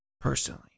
personally